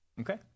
okay